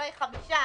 חמישה,